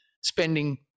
spending